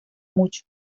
mucho